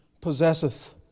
possesseth